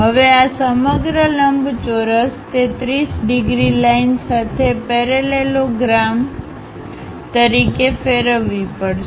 હવે આ સમગ્ર લંબચોરસ તે 30 ડિગ્રી લાઇન સાથે પેરેલેલોગ્રામ તરીકે ફેરવવી પડશે